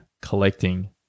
collecting